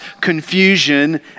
confusion